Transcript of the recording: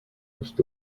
ist